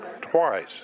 Twice